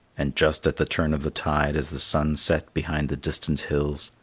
and just at the turn of the tide as the sun set behind the distant hills,